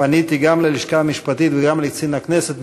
פניתי גם ללשכה המשפטית וגם לקצין הכנסת.